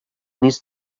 needs